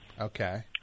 Okay